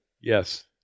Yes